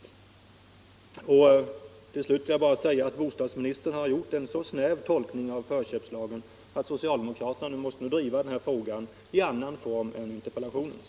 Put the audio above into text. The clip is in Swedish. Till slut vill jag säga att bostadsministern har gjort en så snäv tolkning av förköpslagen att socialdemokraterna nu nog måste driva denna fråga i annan form än interpellationens.